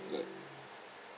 like